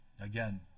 Again